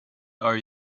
are